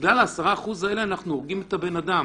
בגלל 10% האלה אנחנו הורגים את הבן אדם.